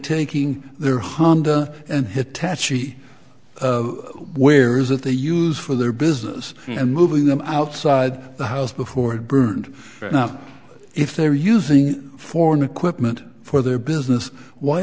taking their honda and hitachi where is that they use for their business and moving them outside the house before birth and if they're using foreign equipment for their business why